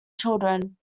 children